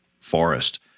forest